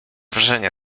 wrażenie